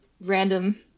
random